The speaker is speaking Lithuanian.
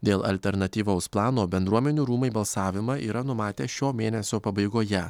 dėl alternatyvaus plano bendruomenių rūmai balsavimą yra numatę šio mėnesio pabaigoje